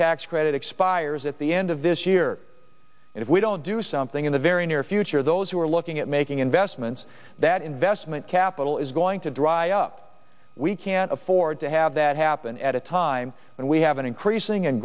tax credit expires at the end of this year and if we don't do something in the very near future those who are looking at making investments that investment capital is going to dry up we can't afford to have that happen at a time when we have an increasing and